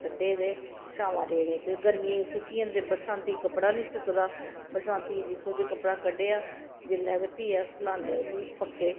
कड्डे ते छामां रेड़े ते गर्मियें च सुक्की जंदे बरसांती कपड़ा नी सुकदा बरसांती गी दिक्खो जे कपड़ा कड्ढेआ जेल्लै ते फ्ही अस लाने जी पक्खे